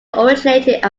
originated